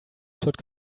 should